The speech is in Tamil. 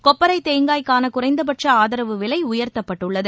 கொப்பரைதேங்காய்கானகுறைந்தபட்சஆதரவு விலைஉயர்த்தப்பட்டுள்ளது